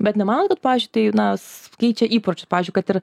bet nemanot kad pavyzdžiui tai na keičia įpročius pavyzdžiui kad ir